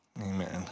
Amen